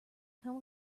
come